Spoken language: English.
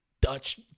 Dutch